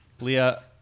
Leah